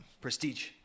prestige